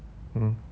mm